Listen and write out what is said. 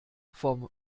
vom